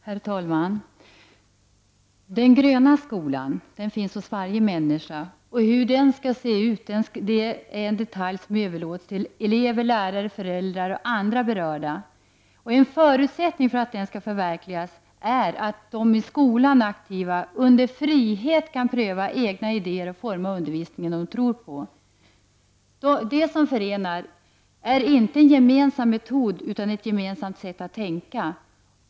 Herr talman! ”Den gröna skolan” finns hos varje människa. Hur den skall se ut i detalj överlåts till elever, lärare, föräldrar och andra berörda. En förutsättning för att den skall förverkligas är att de i skolan aktiva under frihet kan pröva egna idéer och forma den undervisning som de tror på. Det som förenar är inte en gemensam metod utan ett gemensamt sätt att tänka.